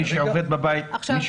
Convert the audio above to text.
מי שעובד בבית,